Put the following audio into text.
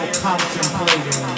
contemplating